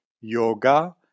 yoga